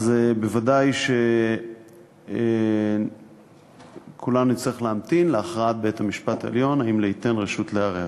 ודאי שכולנו נצטרך להמתין להכרעת בית-המשפט העליון אם ייתן רשות לערער.